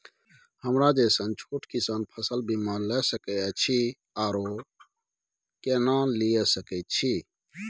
हमरा जैसन छोट किसान फसल बीमा ले सके अछि आरो केना लिए सके छी?